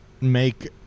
make